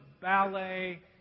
ballet